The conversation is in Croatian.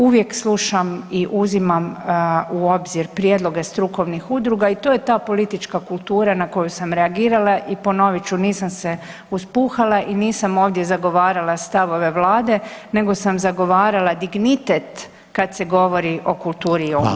Uvijek slušam i uzimam u obzir prijedloge strukovnih uloga i to je ta politička kultura na koju sam reagirala i ponovit ću nisam se uspuhala i nisam ovdje zagovarala stavove Vlade nego sam zagovarala dignitet kad se govori o kulturi i umjetnicima.